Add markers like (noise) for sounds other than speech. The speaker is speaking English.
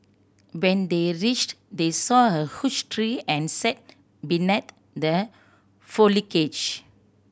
when they reached they saw a huge tree and sat (unintelligible) the (unintelligible)